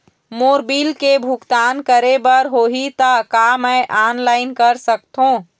मोर bill के भुगतान करे बर होही ता का मैं ऑनलाइन कर सकथों?